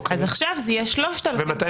עכשיו זה יהיה 3,000 חלקי חמש.